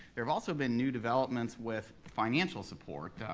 there have also been new developments with financial support,